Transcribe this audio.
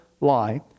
lie